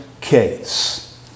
case